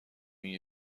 این